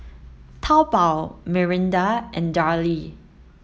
Taobao Mirinda and Darlie